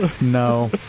no